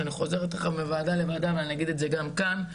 שאני חוזרת עליו מוועדה לוועדה ואני אגיד את זה גם כאן,